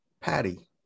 Patty